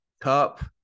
Cup